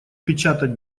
печатать